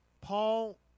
Paul